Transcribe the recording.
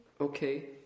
Okay